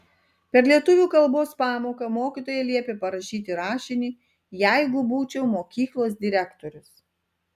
per lietuvių kalbos pamoką mokytoja liepė parašyti rašinį jeigu būčiau mokyklos direktorius